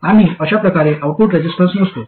आम्ही अश्या प्रकारे आउटपुट रेझिस्टन्स मोजतो